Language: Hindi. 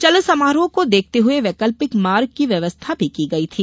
चल समारोह को देखते हुए वैकल्पिक मार्ग की व्यवस्था भी की गयी थी